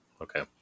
Okay